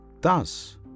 thus